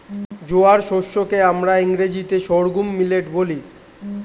জোয়ার শস্য কে আমরা ইংরেজিতে সর্ঘুম মিলেট বলি